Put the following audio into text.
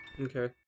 Okay